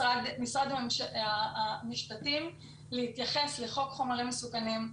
משרד המשפטים להתייחס לחוק חומרים מסוכנים,